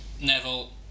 Neville